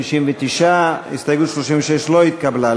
59. הסתייגות 36 לא התקבלה.